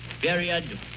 period